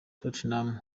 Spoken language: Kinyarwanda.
tottenham